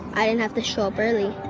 didn't have to show up early.